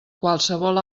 qualsevol